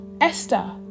esther